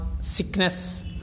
sickness